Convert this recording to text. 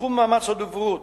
בתחום מאמץ הדוברות,